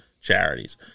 charities